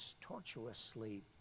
tortuously